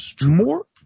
More